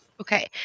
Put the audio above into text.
Okay